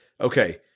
okay